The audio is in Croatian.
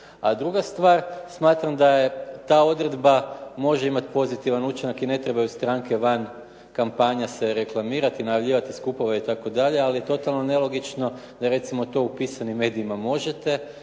A druga stvar, smatram da ta odredba može imati pozitivan učinak i ne trebaju stranke van kampanja se reklamirati, najavljivati skupove i tako dalje, ali je totalno nelogično da recimo to u pisanim medijima možete,